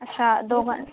अच्छा दो पंज